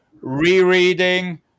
rereading